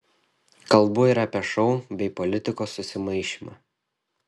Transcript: kalbu ir apie šou bei politikos susimaišymą